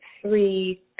three